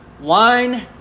Wine